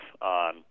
on